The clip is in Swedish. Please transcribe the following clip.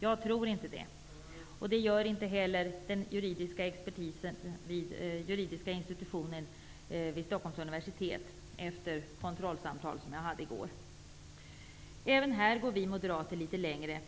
Jag tror inte det, och det gör inte heller den juridiska expertisen vid Juridiska Institutionen vid Stockholms universitet. Jag hade ett kontrollsamtal med dem i går. Även här går vi Moderater litet längre